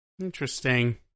Interesting